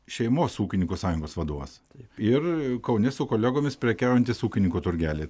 šeimos ūkininkų sąjungos vadovas ir kaune su kolegomis prekiaujantis ūkininkų turgely